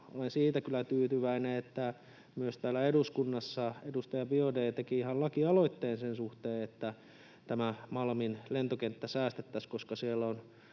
Olen siitä kyllä tyytyväinen, että myös täällä eduskunnassa edustaja Biaudet teki ihan lakialoitteen sen suhteen, että tämä Malmin lentokenttä säästettäisiin, koska siellä on